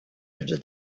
into